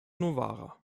novara